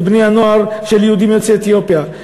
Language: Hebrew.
בני-הנוער של יהודים יוצאי אתיופיה.